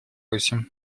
восемь